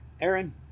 Aaron